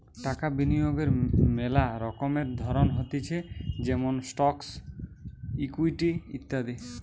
টাকা বিনিয়োগের মেলা রকমের ধরণ হতিছে যেমন স্টকস, ইকুইটি ইত্যাদি